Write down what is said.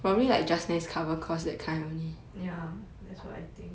ya that's what I think